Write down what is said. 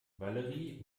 valerie